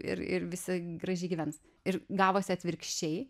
ir ir visi gražiai gyvens ir gavosi atvirkščiai